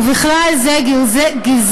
ובכלל זה גזרי-הדין,